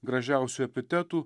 gražiausių epitetų